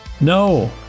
no